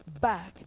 back